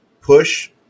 push